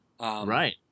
right